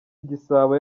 igisabo